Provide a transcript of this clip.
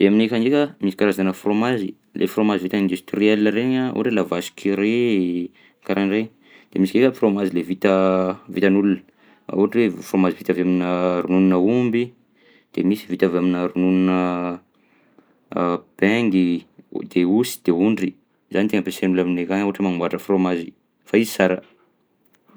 Dia aminay akany ndraika misy karazana frômazy: le frômazy vita industriel regny a ohatra hoe la vache qui rit karahan'regny; de misy ndraika frômazy lay vita vitan'olona, ohatra hoe frômazy vita avy aminà rononon'aomby, de misy vita avy aminà ronononà bengy o- de osy de ondry, zany tena ampiasain'olona aminay akagny ohatra hoe mamboatra frômazy, fa izy sara.